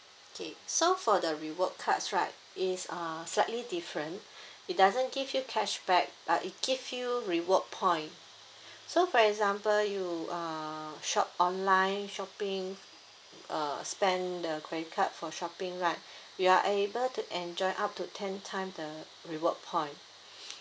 okay so for the reward cards right it's uh slightly different it doesn't give you cashback but it give you reward point so for example you uh shop online shopping uh spend the credit card for shopping right you are able to enjoy up to ten time the reward point